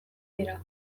dira